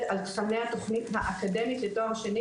על תכני התכנית האקדמית לתואר שני,